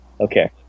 Okay